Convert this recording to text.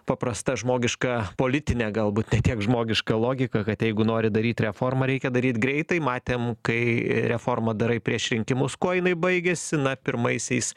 paprasta žmogiška politinė galbūt ne tiek žmogiška logika kad jeigu nori daryti reformą reikia daryt greitai matėm kai reformą darai prieš rinkimus kuo jinai baigėsi na pirmaisiais